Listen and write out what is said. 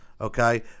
Okay